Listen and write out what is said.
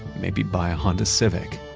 maybe buy a honda civic.